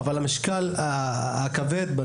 אבל המשקל הכבד,